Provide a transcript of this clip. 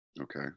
Okay